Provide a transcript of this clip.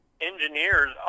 engineers